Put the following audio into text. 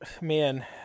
man